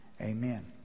amen